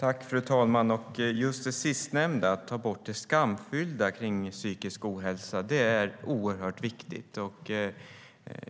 Fru talman! Just det sistnämnda, att ta bort det skamfyllda kring psykisk ohälsa, är oerhört viktigt.